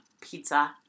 pizza